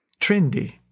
trendy